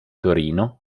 torino